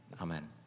Amen